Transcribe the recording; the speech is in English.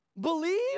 believe